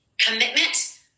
Commitment